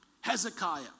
Hezekiah